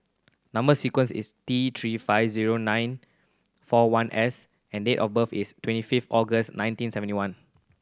number sequence is T Three five zero nine four one S and date of birth is twenty fifth August nineteen seventy one